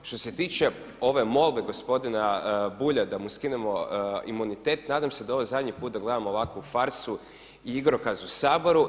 Što se tiče ove molbe gospodina Bulja da mu skinemo imunitet nadam se da da je ovo zadnji put da gledamo ovakvu farsu i igrokaz u Saboru.